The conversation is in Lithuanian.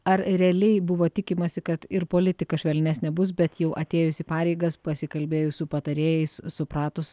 ar realiai buvo tikimasi kad ir politika švelnesnė bus bet jau atėjus į pareigas pasikalbėjus su patarėjais supratus